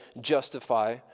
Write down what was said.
justify